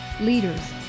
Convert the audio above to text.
leaders